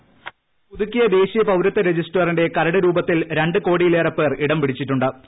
voice പുതുക്കിയ ദേശീയ പൌരത്വ രജിസ്റ്ററിന്റെ കരട് രൂപത്തിൽ ര ു കോടിയിലേറെ പേർ ഇടം പിടിച്ചിട്ടു ്